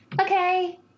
Okay